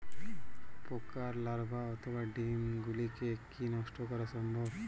পোকার লার্ভা অথবা ডিম গুলিকে কী নষ্ট করা সম্ভব?